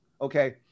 okay